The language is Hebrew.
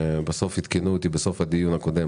אגף התקציבים במשרד האוצר עדכנו אותי בסוף הדיון הקודם